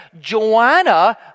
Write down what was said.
Joanna